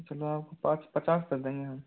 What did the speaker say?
चलो आप को पाँच पचास कर देंगे हम